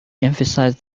emphasize